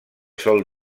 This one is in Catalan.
sol